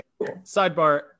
Sidebar